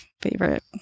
favorite